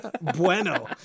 Bueno